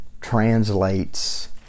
translates